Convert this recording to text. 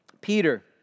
Peter